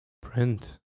print